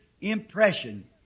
impression